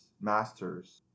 masters